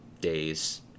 days